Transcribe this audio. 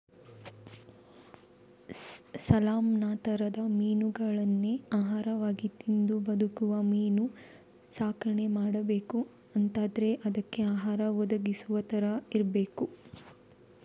salmon ತರದ ಮೀನುಗಳನ್ನೇ ಆಹಾರವಾಗಿ ತಿಂದು ಬದುಕುವ ಮೀನಿನ ಸಾಕಣೆ ಮಾಡ್ಬೇಕು ಅಂತಾದ್ರೆ ಅದ್ಕೆ ಆಹಾರ ಒದಗಿಸುವ ತರ ಇರ್ಬೇಕು